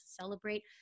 celebrate